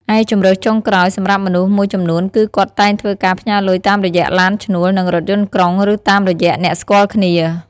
ឯជម្រើសចុងក្រោយ សម្រាប់មនុស្សមួយចំនួនគឺគាត់តែងធ្វើការផ្ញើលុយតាមរយៈឡានឈ្នួលនិងរថយន្តក្រុងឬតាមរយៈអ្នកស្គាល់គ្នា។